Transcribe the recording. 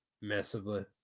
massively